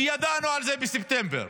וידענו על זה בספטמבר.